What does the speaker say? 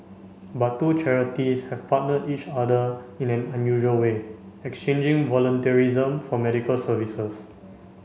but two charities have partnered each other in an unusual way exchanging volunteerism for medical services